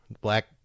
black